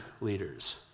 leaders